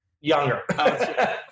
younger